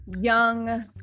young